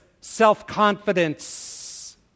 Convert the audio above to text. self-confidence